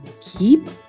keep